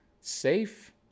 safe